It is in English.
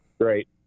Great